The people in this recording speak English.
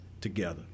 together